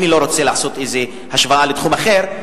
אני לא רוצה לעשות איזה השוואה לתחום אחר,